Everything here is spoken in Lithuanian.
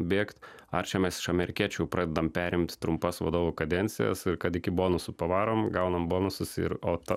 bėgt ar čia mes iš amerikiečių pradedam perimt trumpas vadovų kadencijas ir kad iki bonusų pavarom gaunam bonusus ir o ta